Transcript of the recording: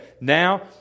Now